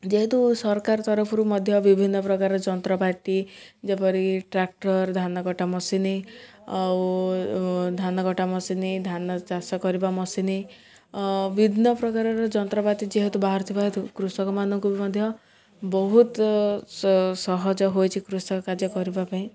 ଯେହେତୁ ସରକାର ତରଫରୁ ମଧ୍ୟ ବିଭିନ୍ନ ପ୍ରକାର ଯନ୍ତ୍ରପାତି ଯେପରି ଟ୍ରାକ୍ଟର୍ ଧାନ କଟା ମେସିନ୍ ଆଉ ଧାନ କଟା ମେସିନ୍ ଧାନ ଚାଷ କରିବା ମେସିନ୍ ବିଭିନ୍ନ ପ୍ରକାରର ଯନ୍ତ୍ରପାତି ଯେହେତୁ ବାହାରୁଥିବା ହେତୁ କୃଷକମାନଙ୍କୁ ବି ମଧ୍ୟ ବହୁତ ସ ସହଜ ହୋଇଛି କୃଷକ କାର୍ଯ୍ୟ କରିବା ପାଇଁ